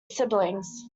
siblings